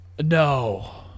No